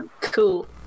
Cool